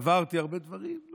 עברתי הרבה דברים,